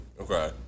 Okay